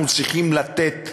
אנחנו צריכים לתת